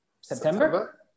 September